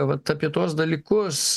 vat apie tuos dalykus